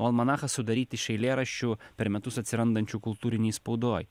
o almanachą sudaryti iš eilėraščių per metus atsirandančių kultūrinėj spaudoj